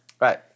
Right